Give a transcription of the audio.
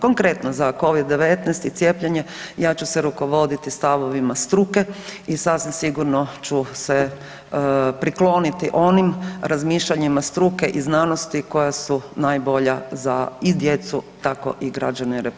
Konkretno za Covid-19 i cijepljenje ja ću se rukovoditi stavovima struke i sasvim sigurno ću se prikloniti onim razmišljanjima struke i znanosti koja su najbolja za i djecu, tako i građane Republike Hrvatske.